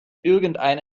irgendeine